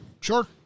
Sure